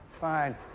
Fine